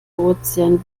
ozean